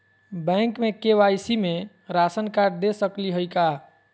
Bank में KYC में ration card दे सकली हई का?